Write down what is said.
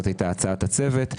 זו הייתה הצעת הצוות.